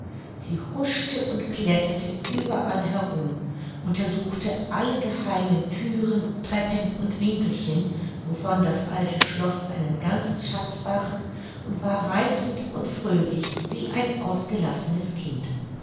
sie huschte und kletterte überall herum untersuchte alle geheimen thüren treppen und winkelchen wovon das alte schloß einen ganzen schatz barg und war reizend und fröhlich wie ein ausgelassenes kind